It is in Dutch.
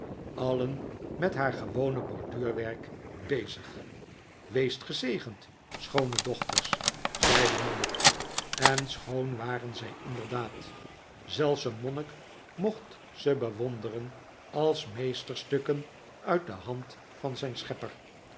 alien met haar gewone borduurwerk bezig weest gezegend schoone dochters zei de monnik en schoon waren zij inderdaad zelfs een monnik mocht ze bewonderen als meesterstukken uit de hand van zijn schepper